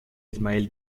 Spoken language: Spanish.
ismael